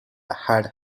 had